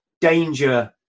danger